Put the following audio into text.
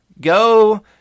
Go